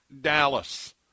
Dallas